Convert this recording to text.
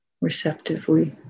receptively